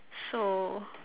so